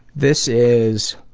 this is